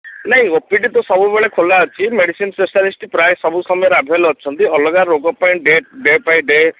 ନାଇଁ O P D ତ ସବୁବେଳେ ଖୋଲା ଅଛି ମେଡ଼ିସିନ୍ ସ୍ପେସାଲିଷ୍ଟ୍ ପ୍ରାୟ ସବୁ ସମୟରେ ଆଭେଲ୍ ଅଛନ୍ତି ଅଲଗା ରୋଗ ପାଇଁ ଡ଼େ ବାଏ ଡେ